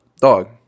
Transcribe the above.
dog